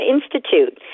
Institute